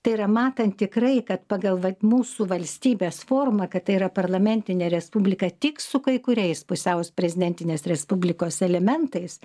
tai yra matant tikrai kad pagal vat mūsų valstybės formą kad tai yra parlamentinė respublika tik su kai kuriais pusiau prezidentinės respublikos elementais